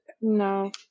No